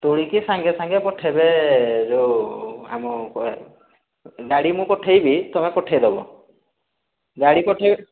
ତୋଳିକି ସାଙ୍ଗେ ସାଙ୍ଗେ ପଠାଇବ ଯେଉଁ ଆମ ଗାଡ଼ି ମୁଁ ପଠାଇବି ତୁମେ ପଠାଇ ଦେବ ଗାଡ଼ି ପଠାଇ